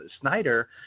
Snyder